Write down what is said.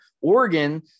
Oregon